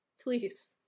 Please